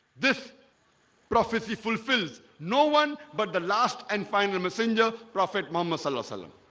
this prophecy fulfills no one but the last and final messenger prophet. mohammed salah salem,